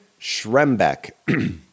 Schrembeck